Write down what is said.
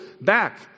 back